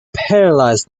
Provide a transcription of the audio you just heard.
paralysed